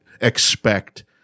expect